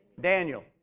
Daniel